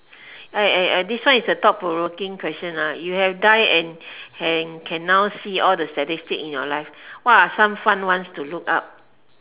I I I this one is a thought provoking question ah you have died and and can now see all the statistics in your life what are some fun ones to look up